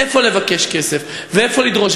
איפה לבקש כסף ואיפה לדרוש.